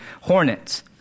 hornets